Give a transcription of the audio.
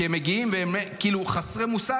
כי הם מגיעים והם כאילו חסרי מושג,